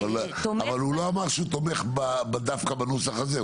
אבל הוא לא אמר שהוא תומך דווקא בנוסח הזה,